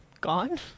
Gone